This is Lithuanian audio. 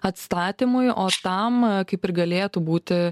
atstatymui o tam kaip ir galėtų būti